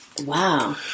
wow